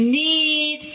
need